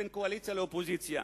בין הקואליציה לאופוזיציה,